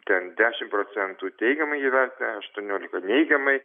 ten dešim procentų teigiamai jį vertina aštuoniolika neigiamai